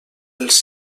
els